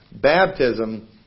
Baptism